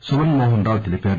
సుమన్ మోహన్ రావు తెలిపారు